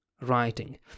writing